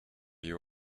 you